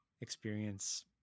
experience